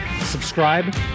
subscribe